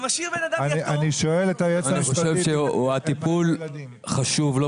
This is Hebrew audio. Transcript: אתה משאיר בן אדם יתום --- אני חושב שהטיפול חשוב לא